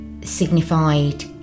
signified